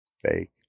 fake